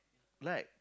like